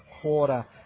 quarter